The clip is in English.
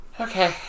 Okay